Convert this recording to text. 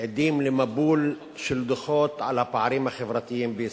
עדים למבול של דוחות על הפערים החברתיים בישראל.